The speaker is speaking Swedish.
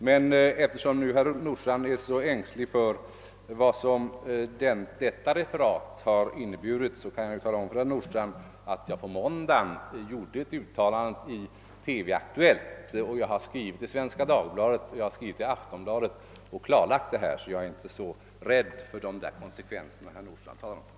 Men eftersom herr Nordstrandh nu är så ängslig för vad det referatet har inneburit kan jag tala om för honom att jag måndagen efteråt gjorde ett uttalande i TV-Aktuellt — jag har också skrivit om det i Svenska Dagbladet och i Aftonbladet — och klarlagt frågan, och därför är jag inte särskilt rädd för de konsekvenser som herr Nordstrandh talade om.